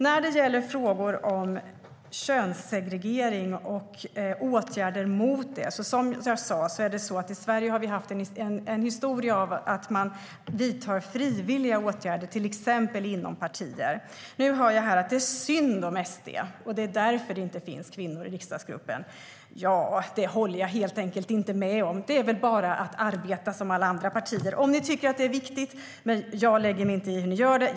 När det gäller frågor om könssegregering och åtgärder mot det har vi i Sverige haft en historia av att man vidtar frivilliga åtgärder till exempel inom partier. Nu hör jag här att det är synd om SD, och det är därför det inte finns kvinnor i riksdagsgruppen. Det håller jag helt enkelt inte med om. Det är väl bara att arbeta som alla andra partier om ni tycker att det är viktigt. Jag lägger mig inte i hur ni gör det.